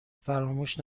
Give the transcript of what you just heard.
فراموش